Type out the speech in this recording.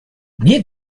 nie